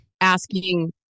asking